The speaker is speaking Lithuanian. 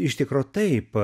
iš tikro taip